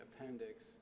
appendix